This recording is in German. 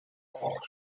och